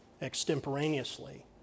extemporaneously